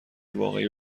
واقعی